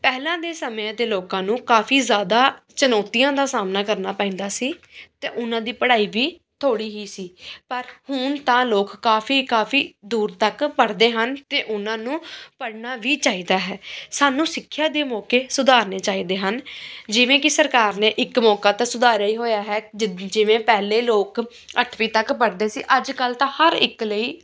ਪਹਿਲਾਂ ਦੇ ਸਮਿਆਂ ਦੇ ਲੋਕਾਂ ਨੂੰ ਕਾਫ਼ੀ ਜ਼ਿਆਦਾ ਚੁਣੌਤੀਆਂ ਦਾ ਸਾਹਮਣਾ ਕਰਨਾ ਪੈਂਦਾ ਸੀ ਅਤੇ ਉਹਨਾਂ ਦੀ ਪੜ੍ਹਾਈ ਵੀ ਥੋੜ੍ਹੀ ਹੀ ਸੀ ਪਰ ਹੁਣ ਤਾਂ ਲੋਕ ਕਾਫ਼ੀ ਕਾਫ਼ੀ ਦੂਰ ਤੱਕ ਪੜ੍ਹਦੇ ਹਨ ਅਤੇ ਉਹਨਾਂ ਨੂੰ ਪੜ੍ਹਨਾ ਵੀ ਚਾਹੀਦਾ ਹੈ ਸਾਨੂੰ ਸਿੱਖਿਆ ਦੇ ਮੌਕੇ ਸੁਧਾਰਨੇ ਚਾਹੀਦੇ ਹਨ ਜਿਵੇਂ ਕਿ ਸਰਕਾਰ ਨੇ ਇੱਕ ਮੌਕਾ ਤਾਂ ਸੁਧਾਰਿਆ ਹੀ ਹੋਇਆ ਹੈ ਜਿ ਜਿਵੇਂ ਪਹਿਲੇ ਲੋਕ ਅੱਠਵੀਂ ਤੱਕ ਪੜ੍ਹਦੇ ਸੀ ਅੱਜ ਕੱਲ੍ਹ ਤਾਂ ਹਰ ਇੱਕ ਲਈ